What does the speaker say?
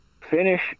finish